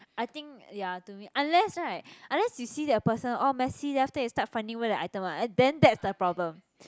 I think ya to me unless right unless you see the person oh messy then after that you start finding where the item ah then that's the problem